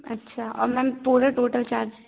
अच्छा औ मैम पूरे टोटल चार्जेज